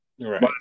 Right